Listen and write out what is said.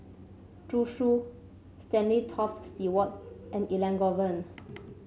Zhu Xu Stanley Toft Stewart and Elangovan